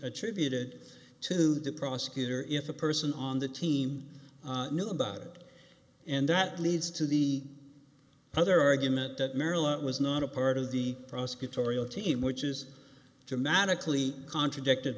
attributed to the prosecutor if a person on the team knew about it and that leads to the other argument that maryland was not a part of the prosecutorial team which is dramatically contradicted